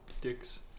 dicks